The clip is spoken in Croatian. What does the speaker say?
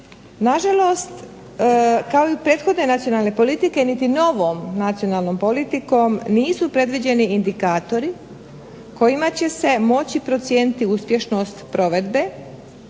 Na žalost kao i prethodne nacionalne politike, niti novom nacionalnom politikom nisu predviđeni indikatori kojima će se moći procijeniti uspješnost provedbe,